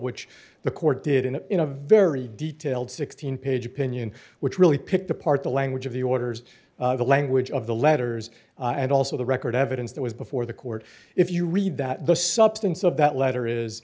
which the court did and in a very detailed sixteen page opinion which really picked apart the language of the orders the language of the letters and also the record evidence that was before the court if you read that the substance of that letter is